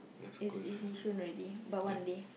it's is Yishun already but one day